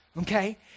okay